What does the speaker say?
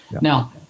now